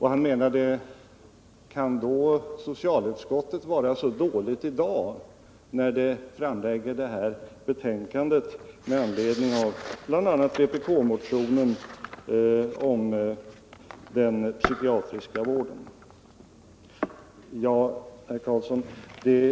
Han menade: Kan då socialutskottet vara så dåligt i dag, när utskottet framlägger det här betänkandet med anledning av bl.a. vpk-motionen om den psykiatriska vården? Herr Karlsson!